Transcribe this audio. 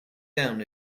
down